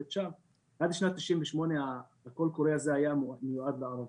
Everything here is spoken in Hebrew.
עד שנת 1998 הקול קורא הזה היה מיועד ---,